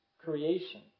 creation